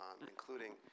including